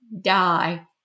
die